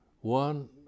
one